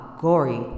gory